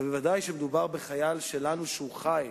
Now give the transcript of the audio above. ובוודאי כשמדובר בחייל שלנו שהוא חי.